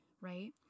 right